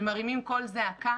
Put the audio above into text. שמרימים קול זעקה.